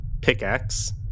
pickaxe